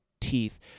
teeth